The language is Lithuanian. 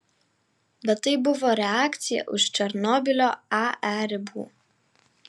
bet tai buvo reakcija už černobylio ae ribų